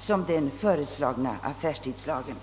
som den föreslagna affärstidslagen.